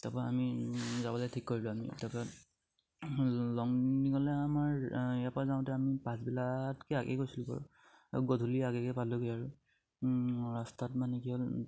তাপা আমি যাবলে ঠিক কৰিলোঁ আমি তাৰপা লংডিঙলে আমাৰ ইয়াৰ পৰা যাওঁতে আমি আগে কৈছিলোঁ বাৰু গধূলি আগেয়ে পালোঁগে আৰু ৰাস্তাত মানে কি হ'ল